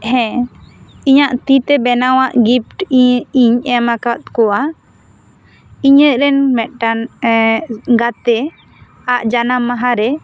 ᱦᱮᱸ ᱤᱧᱟᱹᱜ ᱛᱤᱛᱮ ᱵᱮᱱᱟᱣᱟᱜ ᱜᱤᱯᱴ ᱤᱧ ᱮᱢᱟᱠᱟᱫ ᱠᱚᱣᱟ ᱤᱧᱟᱹᱜ ᱨᱮᱱ ᱢᱤᱫ ᱴᱟᱱ ᱜᱟᱛᱮᱣᱟᱜ ᱡᱟᱱᱟᱢ ᱢᱟᱦᱟ ᱨᱮ